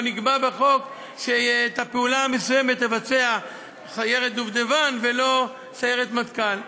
או נקבע בחוק שאת הפעולה המסוימת תבצע סיירת "דובדבן" ולא סיירת מטכ"ל.